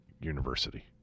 University